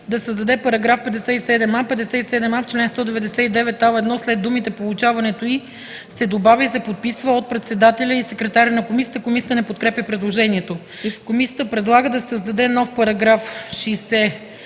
се създаде § 57а: „§ 57а. В чл. 199, ал. 1 след думите „получаването и” се добавя „и се подписва от председателя и секретаря на комисията”.” Комисията не подкрепя предложението. Комисията предлага да се създаде нов § 60а: „§